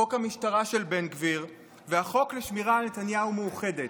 חוק המשטרה של בן גביר והחוק לשמירה על "נתניהו מאוחדת".